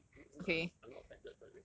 you know it's not I I'm not offended by the way